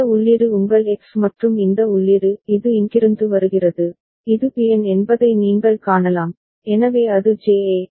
இந்த உள்ளீடு உங்கள் எக்ஸ் மற்றும் இந்த உள்ளீடு இது இங்கிருந்து வருகிறது இது பிஎன் என்பதை நீங்கள் காணலாம் எனவே அது ஜேஏ சரி